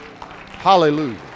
Hallelujah